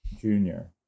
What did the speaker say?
junior